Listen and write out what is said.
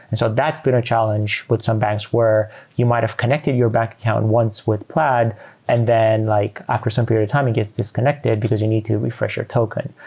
and so that's been a challenge with some banks where you might have connected your bank account once with plaid and then like after some period of time it gets disconnected because you need to refresh your token.